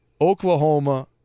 Oklahoma